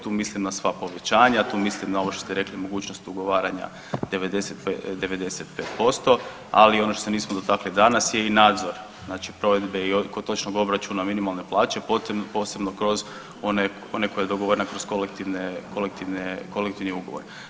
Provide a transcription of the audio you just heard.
Tu mislim na sva povećanja, tu mislim na ovo što ste rekli mogućnost ugovaranja 95%, ali ono što se nismo dotakli danas je i nadzor, znači provedbe kod točnog obračuna minimalne plaće posebno one koje je dogovorena kroz kolektivni ugovor.